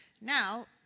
Now